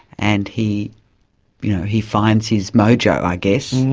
and he you know he finds his mojo, i guess.